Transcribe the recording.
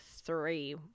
three